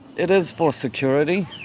it is for security,